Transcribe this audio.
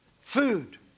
Food